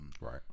Right